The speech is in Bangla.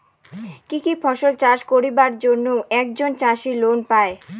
কি কি ফসল চাষ করিবার জন্যে একজন চাষী লোন পায়?